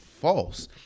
false